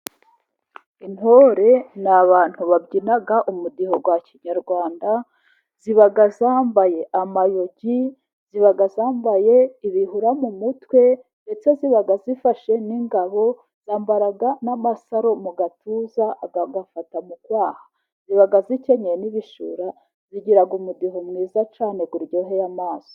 Intore ni abantu babyina umudiho wa Kinyarwanda, ziba zambaye amayogi, ziba zambaye ibihura mu mutwe, ndetse ziba zifashe n'ingabo, z'ambaye n'amasaro mu gatuza agafata mu kwaha, ziba zikenyeye n'ibishura, zigira umudiho mwiza cyane uryohereye amaso.